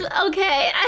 okay